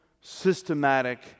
systematic